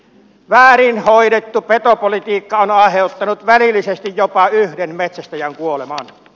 väärin hoidettu petopolitiikka on aiheuttanut välillisesti jopa yhden metsästäjän kuoleman